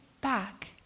back